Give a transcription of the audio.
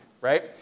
right